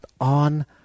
on